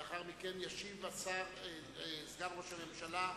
לאחר מכן ישיב סגן ראש הממשלה,